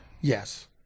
Yes